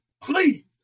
please